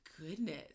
goodness